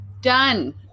done